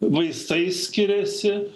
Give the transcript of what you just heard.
vaistai skiriasi